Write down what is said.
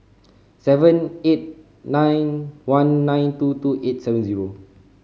seven eight nine one nine two two eight seven zero